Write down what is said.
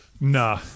Nah